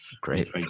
Great